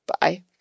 Bye